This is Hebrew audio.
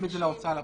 להוצאה לפועל?